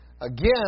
Again